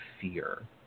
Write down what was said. fear